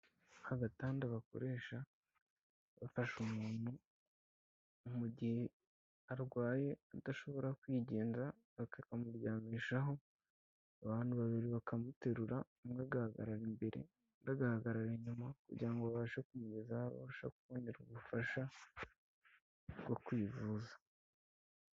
Agatanda bakoresha bafasha umuntu mu gihe arwaye adashobora kwigenza bakakamuryamishaho abantu babiri bakamuterura, umwe agahagarara imbere undi agahagarara inyuma kugira ngo babashe kumugeza aho abasha kubonera ubufasha bwo kwivuza.